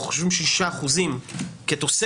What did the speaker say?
אנחנו חושבים שישה אחוזים כתוספת.